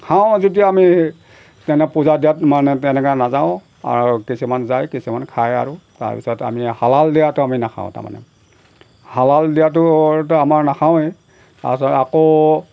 খাওঁ যেতিয়া আমি তেনে পূজা দিয়াত মানে তেনেকৈ নাযাওঁ আৰু কিছুমান যায় কিছুমান খায় আৰু তাৰপিছত আমি হালাল দিয়াটো আমি নাখাওঁ তাৰমানে হালাল দিয়াটো আমাৰ নাখাওঁৱেই তাৰপিছত আকৌ